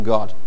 God